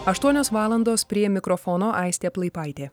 aštuonios valandos prie mikrofono aistė plaipaitė